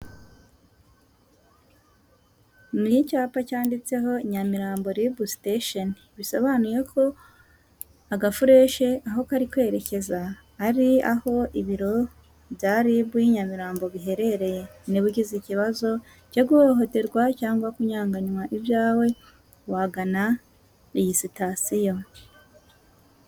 Ni icyapa cyanditseho Nyamirambo RIB Station; bisobanuye ko agafureshe aho kari kwerekeza ari aho ibiro bya RIB y'i Nyamirambo biherereye. Niba ugize ikibazo cyo guhohoterwa cyangwa kunyaganywa ibyawe, wagana iyi sitasiyo.